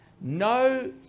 no